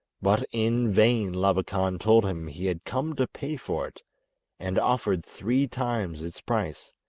but in vain labakan told him he had come to pay for it and offered three times its price.